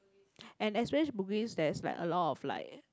and especially bugis there is like a lot of like